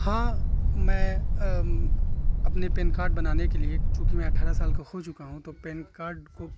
ہاں میں اپنے پین کارڈ بنانے کے لیے چونکہ میں اٹھارہ سال کا ہو چکا ہوں تو پین کارڈ کو